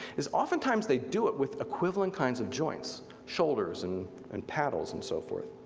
is oftentimes they do it with equivalent kinds of joints. shoulders and and paddles and so forth.